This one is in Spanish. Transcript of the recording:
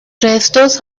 restos